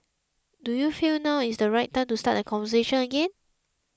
do you feel now is the right time to start that conversation again